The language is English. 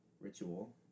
Ritual